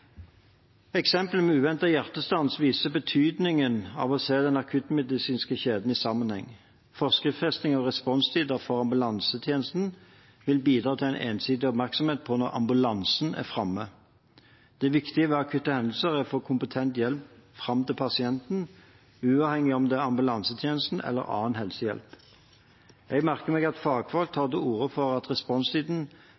Eksempler på uventet hjertestans viser betydningen av å se den akuttmedisinske kjeden i sammenheng. Forskriftsfesting av responstider for ambulansetjenesten vil bidra til en ensidig oppmerksomhet på når ambulansen er framme. Det viktige ved akutte hendelser er å få kompetent hjelp fram til pasienten, uavhengig av om det er ambulansetjenesten eller annen helsehjelp. Jeg merker meg at fagfolk tar